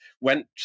went